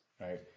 right